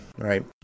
Right